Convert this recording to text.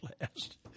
last